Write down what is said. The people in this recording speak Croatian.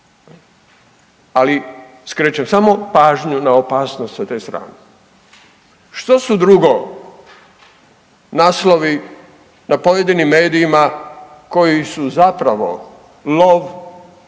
ali skrećem samo pažnju na opasnost sa te strane. Što su drugo naslovi na pojedinim medijima koji su zapravo lov